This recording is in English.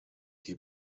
keep